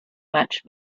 much